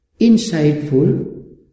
insightful